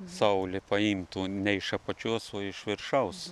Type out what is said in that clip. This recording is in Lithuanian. saulė paimtų ne iš apačios o iš viršaus